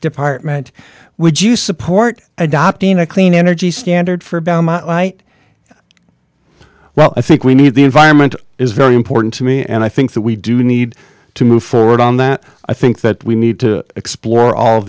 department would you support adopting a clean energy standard for light well i think we need the environment is very important to me and i think that we do need to move forward on that i think that we need to explore all